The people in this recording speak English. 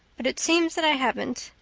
but it seems that i haven't.